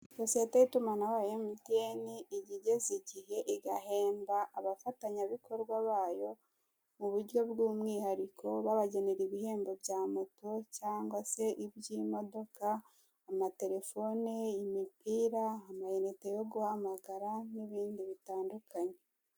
Sosiyete y'itumanaho ya emutiyene iyo igeze igize igahemba abafatanyabikorwa bayo mu buryo bw'umwihariko babagenera ibihembo bya moto, cyangwa se iby'imodoka, amatelefone, imipira, amayinite yo guhamagara n'ibindi bitandukanye.